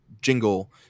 jingle